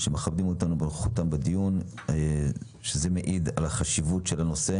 השתתפותם בדיון מעידה על חשיבות הנושא